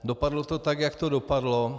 Dopadlo to tak, jak to dopadlo.